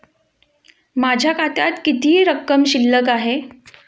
माझ्या खात्यात किती रक्कम शिल्लक आहे?